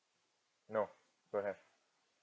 no don't have